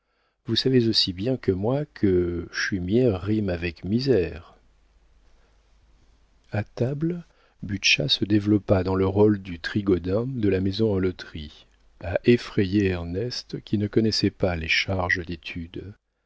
vous savez aussi bien que moi que chaumière rime avec misère a table butscha se développa dans le rôle du trigaudin de la maison en loterie à effrayer ernest qui ne connaissait pas les charges d'étude